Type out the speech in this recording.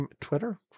Twitter